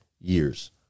years